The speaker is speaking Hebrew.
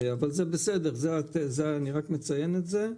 אבל זה בסדר, אני רק מציין את זה,